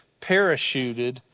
parachuted